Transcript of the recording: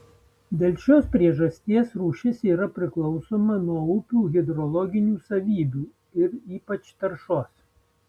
dėl šios priežasties rūšis yra priklausoma nuo upių hidrologinių savybių ir ypač taršos